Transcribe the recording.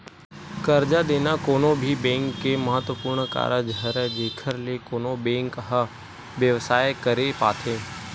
करजा देना कोनो भी बेंक के महत्वपूर्न कारज हरय जेखर ले कोनो बेंक ह बेवसाय करे पाथे